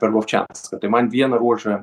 pergovčianska tai man vieną ruožą